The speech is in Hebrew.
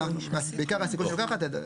בעיקר הסיכון שהיא לוקחת.